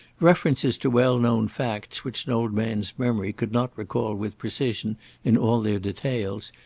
references to well-known facts which an old man's memory could not recall with precision in all their details,